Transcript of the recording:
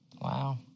Wow